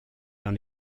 dans